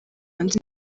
hanze